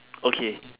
okay